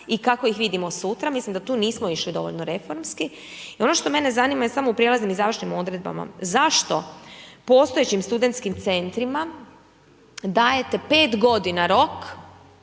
i kako ih vidimo sutra, mislim da tu nismo išli dovoljno reformski i ono što mene zanima je samo u prijelaznim i završnim odredbama, zašto postojećim Studentskim centrima dajete 5 godina rok